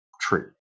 tree